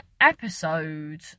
episode